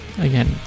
again